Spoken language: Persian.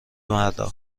مردا